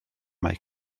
mae